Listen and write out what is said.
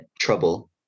trouble